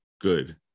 good